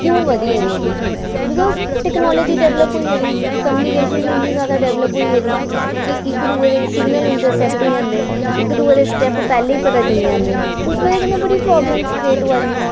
क्यों बधी गेदी इ'न्नी बिकॉज टेक्नोलॉजी डेवलप होई गेदी कम्यूनिकेशन इ'न्नी जादा डेवलप होई गेदी कि इक दूऐ दे सिग्नल इंटरसेप्ट होई जंदे इक दूऐ दे स्टेप पैह्लें ई पता चली जंदे उस बजह् कन्नै बड़ी प्रॉब्लम क्रिएट होआ दियां